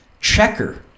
checker